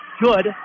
good